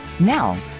Now